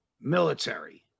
military